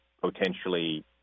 potentially